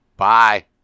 Bye